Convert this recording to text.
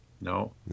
No